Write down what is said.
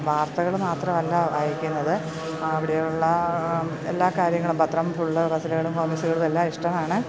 വാർത്തകള് മാത്രമല്ല വായിക്കുന്നത് അവിടെയുള്ള എല്ലാ കാര്യങ്ങളും പത്രം ഫുള്ള് പസിലുകളും കോമിസുകളും എല്ലാം ഇഷ്ടമാണ്